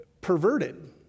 perverted